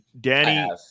Danny